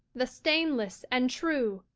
the stainless and true,